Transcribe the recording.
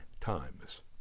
times